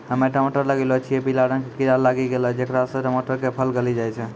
हम्मे टमाटर लगैलो छियै पीला रंग के कीड़ा लागी गैलै जेकरा से टमाटर के फल गली जाय छै?